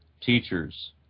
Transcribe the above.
teachers